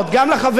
גם לחברים,